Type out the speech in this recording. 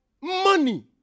money